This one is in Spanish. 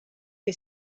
que